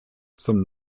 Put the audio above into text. zum